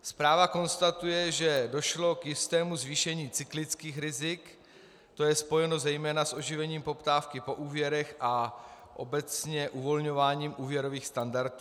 Zpráva konstatuje, že došlo k jistému zvýšení cyklických rizik, to je spojeno zejména s oživením poptávky po úvěrech a obecně uvolňováním úvěrových standardů.